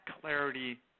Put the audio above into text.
clarity